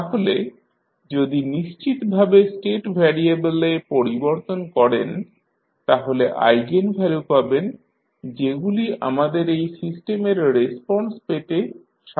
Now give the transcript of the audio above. তাহলে যদি নিশ্চিতভাবে স্টেট ভ্যারিএবেলে পরিবর্তন করেন তাহলে আইগেনভ্যালু পাবেন যেগুলি আমাদের এই সিস্টেমের রেসপন্স পেতে সাহায্য করে